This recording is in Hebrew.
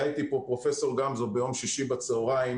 היה איתי פה פרופ' גמזו ביום שישי בצהריים